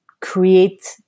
create